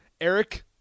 Eric